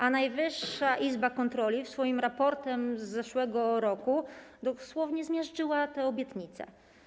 A Najwyższa Izba Kontroli swoim raportem z zeszłego roku dosłownie zmiażdżyła te obietnice.